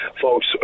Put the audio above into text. folks